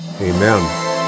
Amen